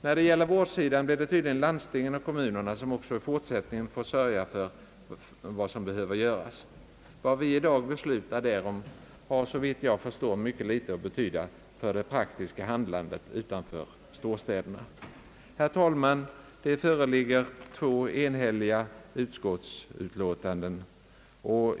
När det gäller vårdsidan blir det tydligen landstingen och kommunerna som i fortsättningen får sörja för vad som behöver göras. Vad vi i dag beslutar därom har, såvitt jag förstår, mycket liten betydelse för det praktiska handlandet utanför storstäderna. Herr talman! Det föreligger två enhälliga utskottsutlåtanden.